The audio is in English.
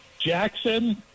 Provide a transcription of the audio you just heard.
Jackson